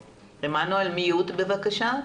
בבקשה.